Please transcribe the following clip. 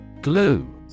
Glue